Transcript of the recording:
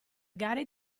gare